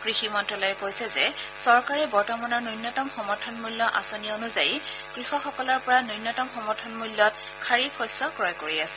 কৃষি মন্তালয়ে কৈছে যে চৰকাৰে বৰ্তমানৰ ন্যনতম সমৰ্থনমূল্য আঁচনি অনুযায়ী কৃষকসকলৰ পৰা নুন্যতম সমৰ্থন মূল্য খাৰিফ শস্য ক্ৰয় কৰি আছে